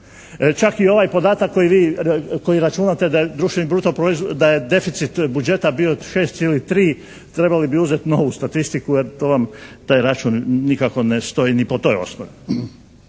Čak i ovaj podatak koji računate da je deficit budžeta bio 6,3 trebali uzeti novu statistiku jer taj račun nikako ne stoji ni po toj osnovi.